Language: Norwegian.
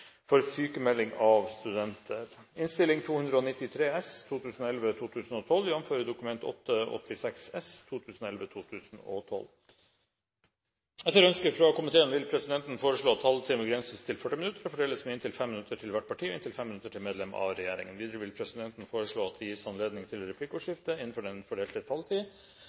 benyttet seg av. Så her har vi en utfordring som er større enn som så. Flere har ikke bedt om ordet til sak nr.3. Etter ønske fra kirke-, utdannings- og forskningskomiteen vil presidenten foreslå at taletiden begrenses til 40 minutter og fordeles med inntil 5 minutter til hvert parti og inntil 5 minutter til medlem av regjeringen. Videre vil presidenten foreslå at det gis anledning til replikkordskifte